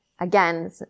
Again